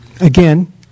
Again